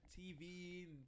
TV